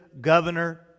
Governor